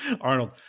arnold